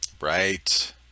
Right